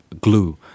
glue